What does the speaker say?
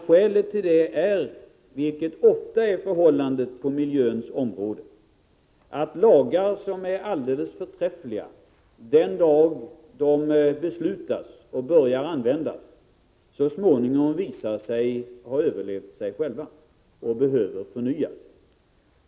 Skälet är, vilket ofta är förhållandet på miljöns område, att lagar, som är alldeles förträffliga den dag de beslutas och börjar användas, så småningom visar sig ha överlevt sig själva och behöver förnyas.